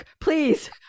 Please